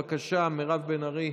בבקשה, מירב בן ארי.